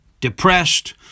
depressed